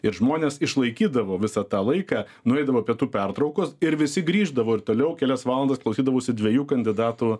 ir žmones išlaikydavo visą tą laiką nueidavo pietų pertraukos ir visi grįždavo ir toliau kelias valandas klausydavosi dviejų kandidatų